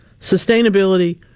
sustainability